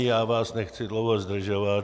Já vás nechci dlouho zdržovat.